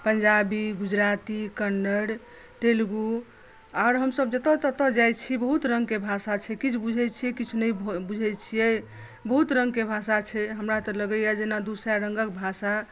पञ्जाबी गुजराती कन्नड़ तेलगु आर हमसभ जतऽ ततऽ जाइ छी बहुत रङ्गकेँ भाषा छै किछु बुझै छियै किछु नहि बुझै छियै बहुत रङ्गकेँ भाषा छै हमरा तऽ लगैया जेना दू सए रङ्गक भाषा